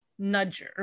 nudger